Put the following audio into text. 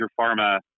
pharma